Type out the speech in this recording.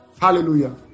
Hallelujah